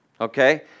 okay